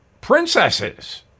princesses